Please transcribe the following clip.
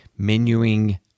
menuing